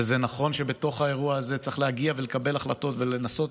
וזה נכון שבתוך האירוע הזה צריך להגיע ולקבל החלטות ולנסות